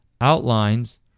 outlines